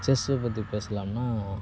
chess பற்றி பேசலாம்னா